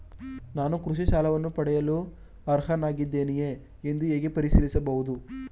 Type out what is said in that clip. ನಾನು ಕೃಷಿ ಸಾಲವನ್ನು ಪಡೆಯಲು ಅರ್ಹನಾಗಿದ್ದೇನೆಯೇ ಎಂದು ಹೇಗೆ ಪರಿಶೀಲಿಸಬಹುದು?